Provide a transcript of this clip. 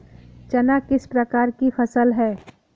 चना किस प्रकार की फसल है?